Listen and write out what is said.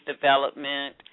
development